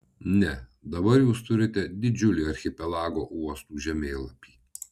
ne dabar jūs turite didžiulį archipelago uostų žemėlapį